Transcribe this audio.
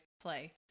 play